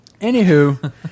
Anywho